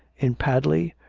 in padley,